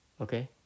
Okay